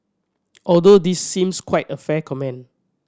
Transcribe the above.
although this seems quite a fair comment